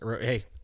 Hey